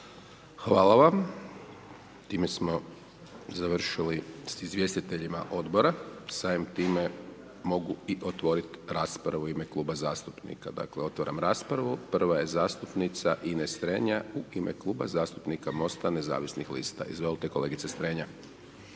Hvala vam. Time smo završili s izvjestiteljima odbora, samim time mogu i otvorit raspravu u ime kluba zastupnika. Dakle, otvaram raspravu. Prva je zastupnica Ines Strenja u ime Kluba zastupnika MOST-a nezavisnih lista. Izvolte kolegice Strenja.